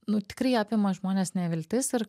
nu tikrai apima žmones neviltis ir